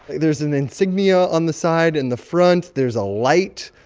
there's an insignia on the side in the front. there's a light.